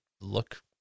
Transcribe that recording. look